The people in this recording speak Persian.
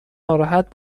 ناراحت